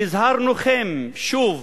והזהרנוכם שוב